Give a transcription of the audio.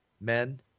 men